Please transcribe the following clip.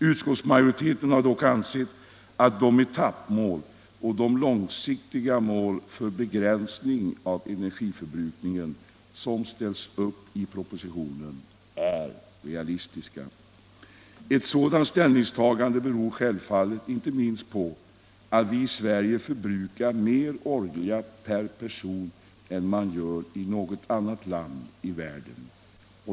Utskottsmajoriteten har dock ansett att de etappmål och de långsiktiga mål för begränsning av energiför brukningen som ställs upp i propositionen är realistiska. Ett sådant ställningstagande beror självfallet inte minst på att vi i Sverige förbrukar mer olja per person än man gör i något annat land i världen.